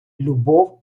любов